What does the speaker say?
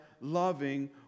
loving